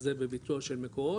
זה בביצוע של מקורות,